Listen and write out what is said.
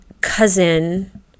cousin